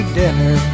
dinner